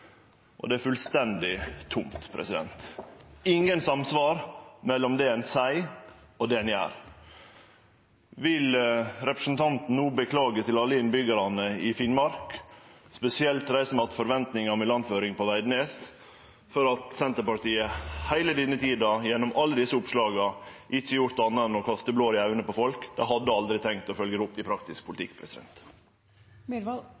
og det var fullstendig tomt. Det er ikkje samsvar mellom det ein seier, og det ein gjer. Vil representanten no beklage til alle innbyggjarane i Finnmark, spesielt til dei som har hatt forventningar om ilandføring på Veidnes, for at Senterpartiet heile denne tida, gjennom alle desse oppslaga, ikkje har gjort anna enn å kaste blår i auga på folk? Dei hadde aldri tenkt å følgje det opp i praktisk